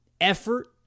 effort